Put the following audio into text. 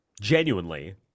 Genuinely